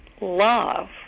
Love